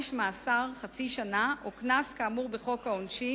עונש מאסר חצי שנה או קנס כאמור בחוק העונשין,